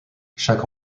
chaque